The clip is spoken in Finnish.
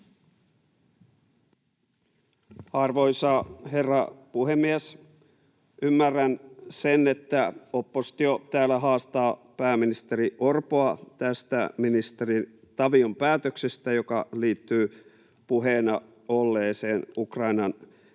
Arvoisa herra puhemies! Ymmärrän sen, että oppositio täällä haastaa pääministeri Orpoa tästä ministeri Tavion päätöksestä, joka liittyy puheena olleeseen Ukrainan jälleenrakennuksen